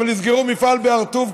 אבל יסגרו מפעל בהר-טוב,